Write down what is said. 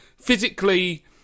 physically